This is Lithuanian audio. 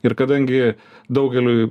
ir kadangi daugeliui